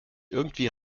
irgendwie